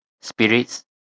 spirits